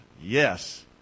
Yes